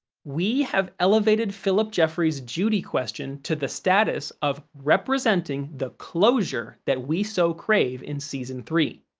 we have elevated phillip jeffries' judy question to the status of representing the closure that we so crave in season three.